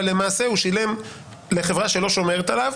אבל למעשה הוא שילם לחברה שלא שומרת עליו,